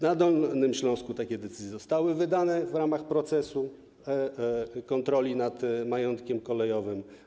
Na Dolnym Śląsku takie decyzje zostały wydane w ramach procesu kontroli nad majątkiem kolejowym.